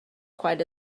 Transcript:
quite